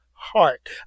Heart